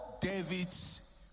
David's